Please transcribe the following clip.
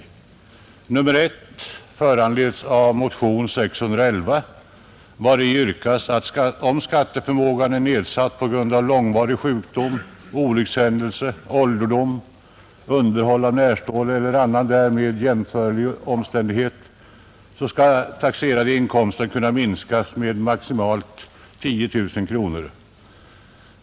Reservation nr 1 föranleds av motionen 611, vari yrkas att om skatteförmågan är nedsatt på grund av långvarig sjukdom, olyckshändelse, ålderdom, underhåll av närstående eller annan därmed jämförlig omständighet skall den taxerade inkomsten kunna minskas med upp till 10 000 kronor.